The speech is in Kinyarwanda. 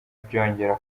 byongera